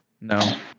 No